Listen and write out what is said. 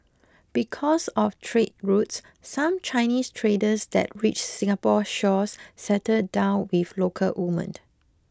because of trade routes some Chinese traders that reached Singapore's shores settled down with local women